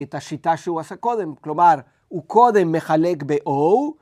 ‫את השיטה שהוא עשה קודם, ‫כלומר, הוא קודם מחלק ב-O